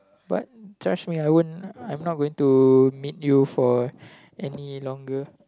but judge me I won't I'm not going to meet you for any longer